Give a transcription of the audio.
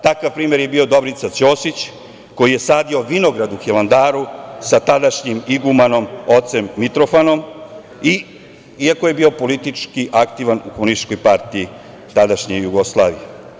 Takav primer je bio Dobrica Ćosić koji je sadio vinograd u Hilandaru sa tadašnjim Igumanom ocem Mitrofanom, iako je bio politički aktivan u Komunističkoj partiji tadašnje Jugoslavije.